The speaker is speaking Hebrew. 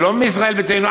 לא מישראל ביתנו,